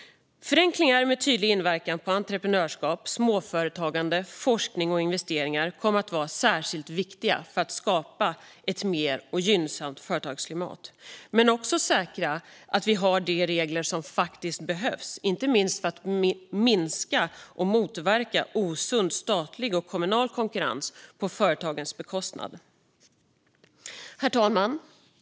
Förenklingar med tydlig inverkan på entreprenörskap, småföretagande, forskning och investeringar kommer att vara särskilt viktiga för att skapa ett mer gynnsamt företagsklimat men också säkra att vi har de regler som faktiskt behövs, inte minst för att minska och motverka osund statlig och kommunal konkurrens på företagens bekostnad. Herr talman!